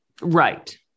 Right